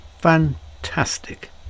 fantastic